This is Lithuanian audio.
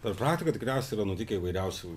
per praktiką tikriausiai yra nutikę įvairiausių